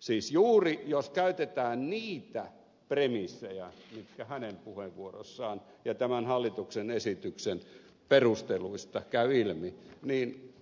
siis juuri jos käytetään niitä premissejä jotka hänen puheenvuoroistaan ja tämän hallituksen esityksen perusteluista käyvät ilmi niin